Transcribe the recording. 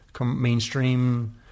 mainstream